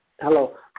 Hello